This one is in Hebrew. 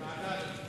על זה,